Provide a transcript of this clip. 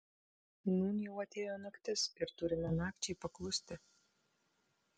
nūn jau atėjo naktis ir turime nakčiai paklusti